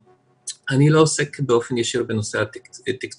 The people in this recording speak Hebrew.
אני לא עוסק באופן ישיר בנושא התקצוב.